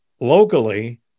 locally